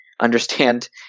understand